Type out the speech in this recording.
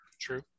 True